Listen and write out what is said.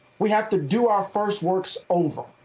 we have to do our first works over.